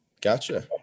Gotcha